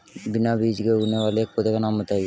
बिना बीज के उगने वाले एक पौधे का नाम बताइए